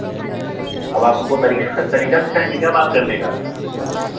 अब आप हमको तरीका तरीका सिखाएँगे क्या बात करने का